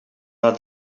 are